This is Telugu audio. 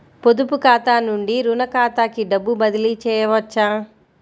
పొదుపు ఖాతా నుండీ, రుణ ఖాతాకి డబ్బు బదిలీ చేయవచ్చా?